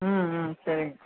ம் ம் சரிங்க